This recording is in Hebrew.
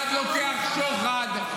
אחד לוקח שוחד.